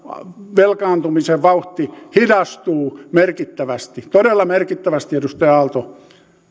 velkaantumisen vauhti hidastuu merkittävästi todella merkittävästi edustaja aalto